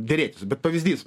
derėtis bet pavyzdys